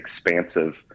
expansive